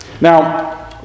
Now